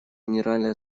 генеральная